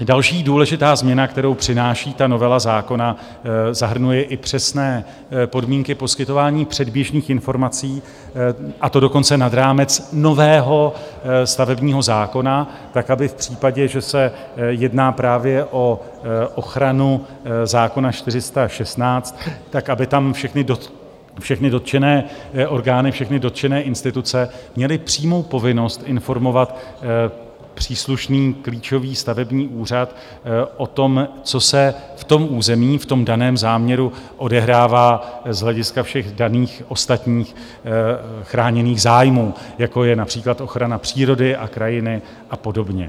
Další důležitá změna, kterou přináší novela zákona, zahrnuje i přesné podmínky poskytování předběžných informací, a to dokonce nad rámec nového stavebního zákona tak, aby v případě, že se jedná právě o ochranu zákona 416, aby tam všechny dotčené orgány, všechny dotčené instituce měly přímou povinnost informovat příslušný klíčový stavební úřad o tom, co se v tom území, v daném záměru odehrává z hlediska všech daných ostatních chráněných zájmů, jako je například ochrana přírody a krajiny a podobně.